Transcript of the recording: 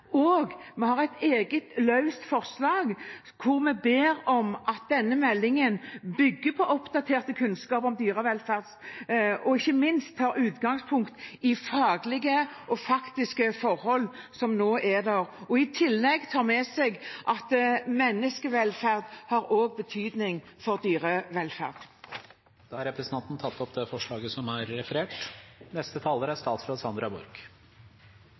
Og vi har et eget løst forslag hvor vi ber om at denne meldingen bygger på oppdatert kunnskap om dyrevelferd, og ikke minst tar utgangspunkt i faglige og faktiske forhold som nå er der, og at den i tillegg tar med seg at menneskevelferd også har betydning for dyrevelferd. Da har representanten Olaug Vervik Bollestad tatt opp det forslaget hun refererte til. Jeg er glad for at næringskomiteen er